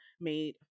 made